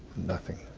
nothing.